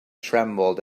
trembled